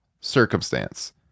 circumstance